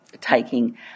taking